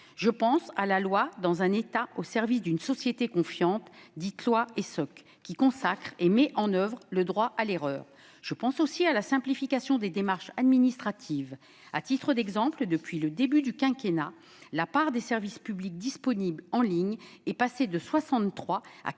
Je pense à la loi pour un État au service d'une société de confiance, dite Essoc, qui consacre et met en oeuvre le droit à l'erreur. Je pense aussi à la simplification des démarches administratives. À titre d'exemple, depuis le début du quinquennat, la part des services publics disponibles en ligne est passée de 63 %